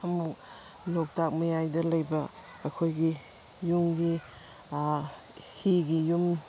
ꯑꯃꯨꯛ ꯂꯣꯛꯇꯥꯛ ꯃꯌꯥꯏꯗ ꯂꯩꯕ ꯑꯩꯈꯣꯏꯒꯤ ꯌꯨꯝꯒꯤ ꯍꯤꯒꯤ ꯌꯨꯝ